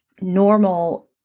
normal